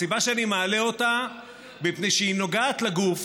הסיבה שאני מעלה אותה, מפני שהיא נוגעת לגוף